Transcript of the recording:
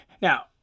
Now